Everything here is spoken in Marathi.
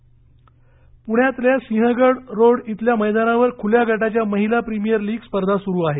क्रिकेट पुण्यातील सिंहगड रोड येथील मैदानावर खुल्या गटाच्या महिला प्रिमियर लीग स्पर्धा सुरु आहेत